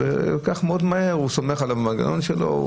אז כך מאוד מהר הוא סומך על המנגנון שלו.